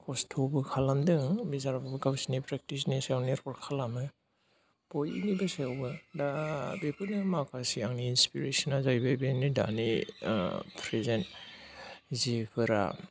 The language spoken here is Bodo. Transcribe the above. खस्थ'बो खालामदों बेसोरो गावसोरनि प्रेक्टिसनि सायावनो निर्भर खालामो बयनिबो सायाबो दा बेफोरनो माखासे आंनि इन्सपिरेसना जाहैबाय बेनो दानि ओ प्रेजेन्ट जिफोरा